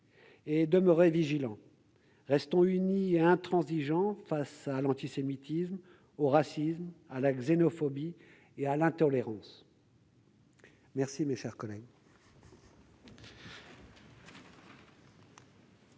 et demeurer vigilants. Restons unis et intransigeants face à l'antisémitisme, au racisme, à la xénophobie et à l'intolérance. La conférence des